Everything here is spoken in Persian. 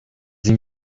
این